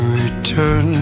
return